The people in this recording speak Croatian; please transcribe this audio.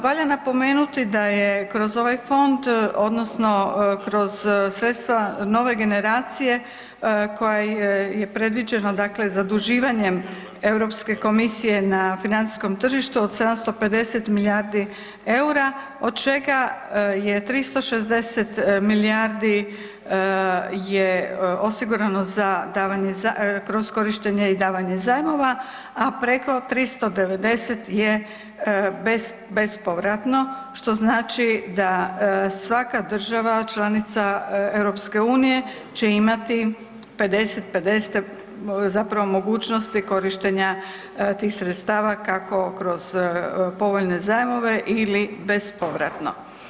Valja napomenuti da je kroz ovaj fond odnosno kroz sredstva Nove generacije kojom je predviđeno dakle zaduživanjem Europske komisije na financijskom tržištu od 750 milijardi eura od čega je 360 milijardi je osigurano kroz korištenje i davanje zajmova, a preko 390 bespovratno što znači da svaka država članica EU će imati 50 … zapravo mogućnosti korištenja tih sredstava kako kroz povoljne zajmove ili bespovratno.